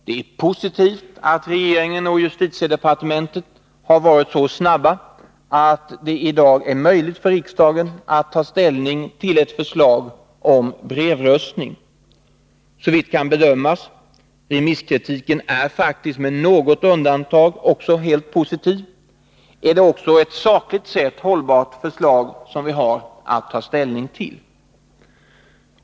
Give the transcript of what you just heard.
Det är positivt att regeringen och justitiedepartementet varit så snabba att det i dag är möjligt för riksdagen att ta ställning till ett förslag om brevröstning. Såvitt kan bedömas — remisskritiken är faktiskt med något undantag positiv — är det också sakligt sett ett hållbart förslag som vi har att ta ställning till.